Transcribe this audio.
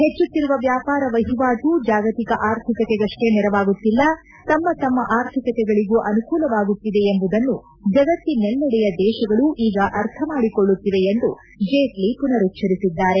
ಹೆಚ್ಚುತ್ತಿರುವ ವ್ಯಾಪಾರ ವಹಿವಾಟು ಜಾಗತಿಕ ಆರ್ಥಿಕತೆಗಷ್ಟೇ ನೆರವಾಗುತ್ತಿಲ್ಲ ತಮ್ಮ ತಮ್ಮ ಅರ್ಥಿಕತೆಗಳಗೂ ಅನುಕೂಲವಾಗುತ್ತಿದೆ ಎಂಬುದನ್ನು ಜಗತ್ತಿನೆಲ್ಲೆಡೆಯ ದೇಶಗಳು ಈಗ ಅರ್ಥ ಮಾಡಿಕೊಳ್ಳುತ್ತಿವೆ ಎಂದು ಜೇಟ್ಲ ಪುನರುಚ್ಚರಿಸಿದ್ದಾರೆ